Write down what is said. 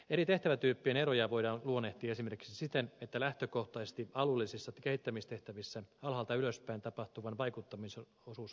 eri tehtävätyyppien eroja voidaan luonnehtia esimerkiksi siten että lähtökohtaisesti alueellisissa kehittämistehtävissä alhaalta ylöspäin tapahtuvan vaikuttamisen osuus on vahva